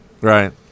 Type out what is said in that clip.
Right